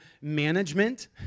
management